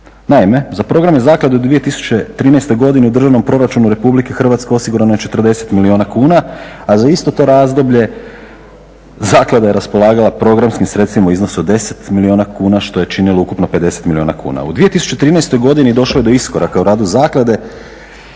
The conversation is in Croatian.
Naime, za programe zaklade 2013. godine u državnom proračunu Republike Hrvatske osigurano je 40 milijuna kuna, a za isto to razdoblje zaklada je raspolaganja programskim sredstvima u iznosu od 10 milijuna kuna što je činilo ukupno 50 milijuna kuna. U 2013. godini došlo je do iskoraka u radu zaklade